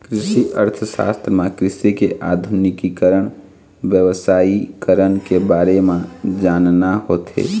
कृषि अर्थसास्त्र म कृषि के आधुनिकीकरन, बेवसायिकरन के बारे म जानना होथे